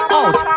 out